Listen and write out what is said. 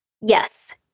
Yes